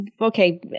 okay